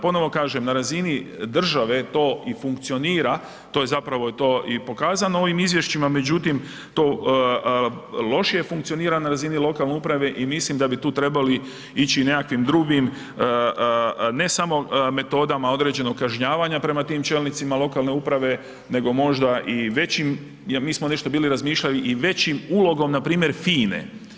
Ponovo kažem na razini države to i funkcionira, to je zapravo i to i pokazano ovim izvješćima, međutim to lošije funkcionira na razini lokalne uprave i mislim da bi tu trebali ići nekakvim drugim ne samo metodama određenog kažnjavanja prema tim čelnicima lokalne uprave nego možda i većim, mi smo nešto bili razmišljali i većim ulogom npr. FINE.